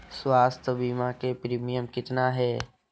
स्वास्थ बीमा के प्रिमियम कितना है?